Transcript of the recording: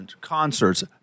concerts